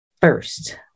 first